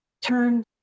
turn